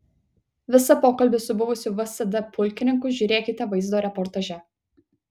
visą pokalbį su buvusiu vsd pulkininku žiūrėkite vaizdo reportaže